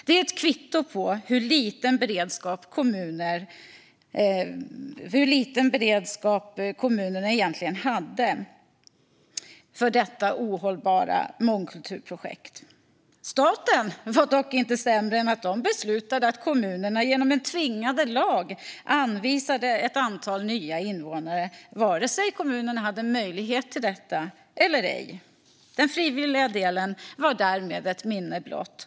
Det är ett kvitto på hur liten beredskap kommunerna egentligen hade för detta ohållbara mångkulturprojekt. Staten var dock inte sämre än att den beslutade att kommunerna genom en tvingande lag skulle bli anvisade ett antal nya invånare vare sig de hade möjlighet till detta eller ej. Den frivilliga delen var därmed ett minne blott.